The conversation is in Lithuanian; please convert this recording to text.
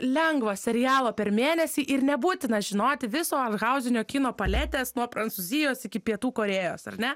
lengvo serialo per mėnesį ir nebūtina žinoti viso arthauzinio kino paletės nuo prancūzijos iki pietų korėjos ar ne